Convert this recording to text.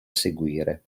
seguire